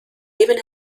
even